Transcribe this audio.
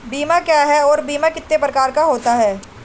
बीमा क्या है और बीमा कितने प्रकार का होता है?